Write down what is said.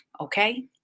Okay